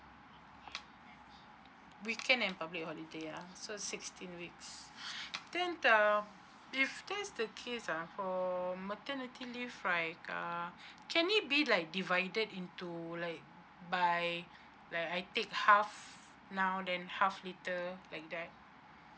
weekend and public holiday ya so sixteen weeks then the if that's the case ah for maternity leave right uh can it be like divided into like by like I take half now then half later like that